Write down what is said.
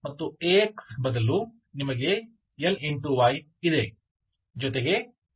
ಮತ್ತು Ax ಬದಲು ನಿಮಗೆ Ly ಇದೆ ಜೊತೆಗೆ x y ಇವೆ